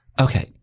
Okay